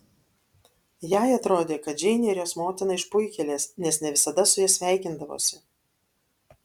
jai atrodė kad džeinė ir jos motina išpuikėlės nes ne visada su ja sveikindavosi